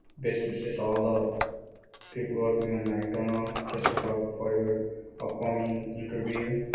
best wish all the people working on mcdonald best of luck for your upcoming interview